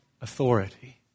authority